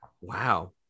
Wow